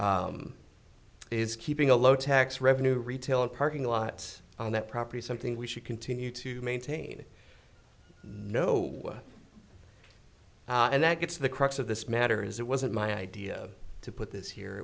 o is keeping a low tax revenue retail and parking lots on that property something we should continue to maintain no way and that gets to the crux of this matter is it wasn't my idea to put this